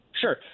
Sure